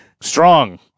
strong